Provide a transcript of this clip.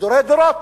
לדורי דורות.